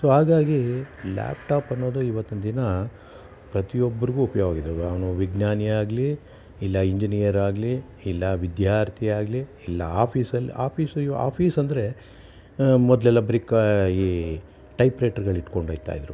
so ಹಾಗಾಗಿ laptop ಅನ್ನೋದು ಇವತ್ತಿನ ದಿನ ಪ್ರತಿಯೊಬ್ರಿಗೂ ಉಪಯೋಗವಾಗಿದೆ ಅವನು ವಿಜ್ಞಾನಿಯಾಗಲಿ ಇಲ್ಲ ಇಂಜಿನಿಯರ್ ಆಗಲಿ ಇಲ್ಲ ವಿಧ್ಯಾರ್ಥಿ ಆಗಲಿ ಇಲ್ಲ ಆಫೀಸಲ್ಲಿ ಆಫೀಸ್ ಇವ ಆಫೀಸಂದರೆ ಮೊದಲೆಲ್ಲ ಈ ಟೈಪ್ರೈಟ್ರಗಳು ಇಟ್ಕೊಂಡಿರ್ತಾಯಿದ್ರು